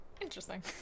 Interesting